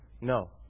No